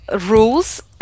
Rules